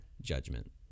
judgment